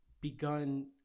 begun